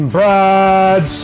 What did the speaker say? Brad